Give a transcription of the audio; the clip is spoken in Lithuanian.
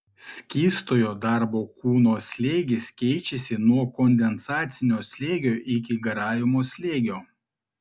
skystojo darbo kūno slėgis keičiasi nuo kondensacinio slėgio iki garavimo slėgio